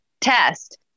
test